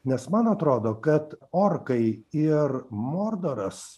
nes man atrodo kad orkai ir mordoras